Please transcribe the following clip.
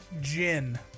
Gin